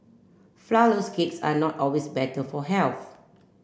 flourless cakes are not always better for health